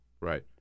Right